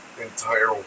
entire